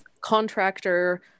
contractor